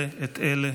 אלה את אלה?